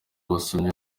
abasomyi